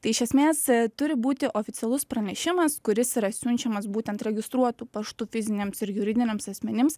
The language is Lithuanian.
tai iš esmės turi būti oficialus pranešimas kuris yra siunčiamas būtent registruotu paštu fiziniams ir juridiniams asmenims